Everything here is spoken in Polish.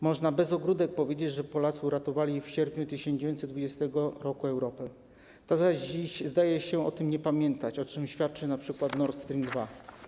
Można bez ogródek powiedzieć, że Polacy uratowali w sierpniu 1920 r. Europę, ta zaś dziś zdaje się o tym nie pamiętać, o czym świadczy np. Nord Stream 2.